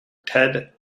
ted